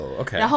okay